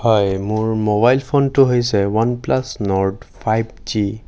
হয় মোৰ মোবাইল ফোনটো হৈছে OnePlus Nord five G